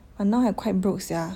I now I quite broke sia